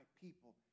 people